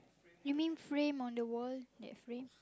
you mean frame on the wall that frame